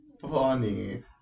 funny